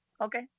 Okay